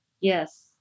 Yes